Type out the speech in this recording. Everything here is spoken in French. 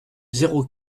zéro